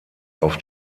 auf